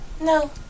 No